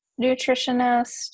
nutritionist